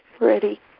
Ready